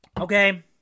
Okay